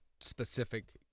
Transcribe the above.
specific